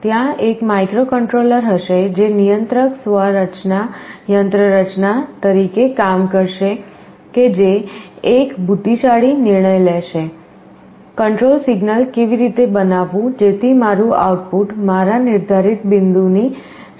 ત્યાં એક માઇક્રોકન્ટ્રોલર હશે જે નિયંત્રક યંત્રરચના તરીકે કામ કરશે કે જે એક બુદ્ધિશાળી નિર્ણય લેશે કંટ્રોલ સિગ્નલ કેવી રીતે બનાવવું જેથી મારું આઉટપુટ મારા નિર્ધારિત બિંદુની શક્ય તેટલું નજીક હોય